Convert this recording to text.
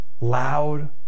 Loud